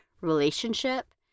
relationship